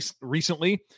recently